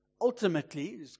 Ultimately